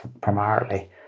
primarily